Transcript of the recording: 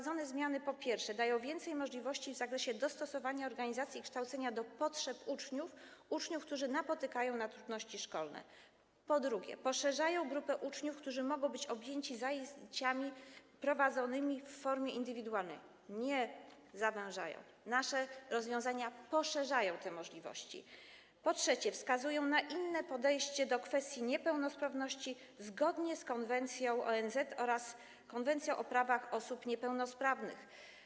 Zmiany te, po pierwsze, dają więcej możliwości w zakresie dostosowania organizacji i kształcenia do potrzeb uczniów, którzy napotykają trudności szkolne, po drugie, poszerzają grupę uczniów, którzy mogą być objęci zajęciami prowadzonymi w formie indywidualnej - nie zawężają, nasze rozwiązania poszerzają te możliwości - po trzecie, wskazują na inne podejście do kwestii niepełnosprawności, zgodnie z konwencją ONZ oraz Konwencją o prawach osób niepełnosprawnych.